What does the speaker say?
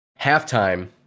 halftime